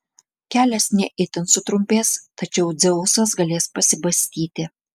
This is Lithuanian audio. kelias ne itin sutrumpės tačiau dzeusas galės pasibastyti